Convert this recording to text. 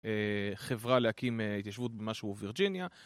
חברה להקים התיישבות במשהו בווירג'יניה.